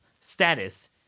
status